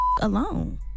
alone